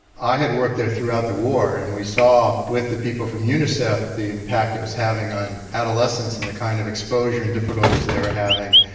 i had worked there throughout the war and we saw, with the people from unicef, the impact it was having on adolescents and the kind of exposure and difficulties they were having.